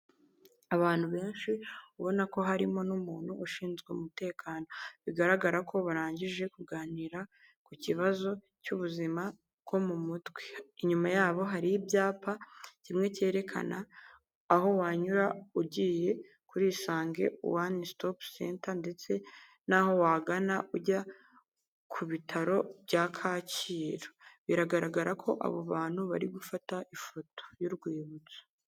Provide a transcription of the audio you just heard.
Abantu benshi ubona ko harimo n'umuntu ushinzwe umutekano, bigaragara ko barangije kuganira ku kibazo cy'ubuzima bwo mu mutwe, inyuma yabo hari ibyapa kimwe cyerekana aho wanyura ugiye kuri Isange one stop center ndetse naho wagana ujya ku ibitaro bya Kacyiru, biragaragara ko abo bantu bari gufata ifoto y'urwibutso